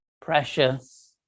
Precious